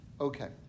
Okay